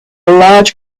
large